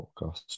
Podcast